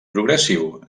progressiu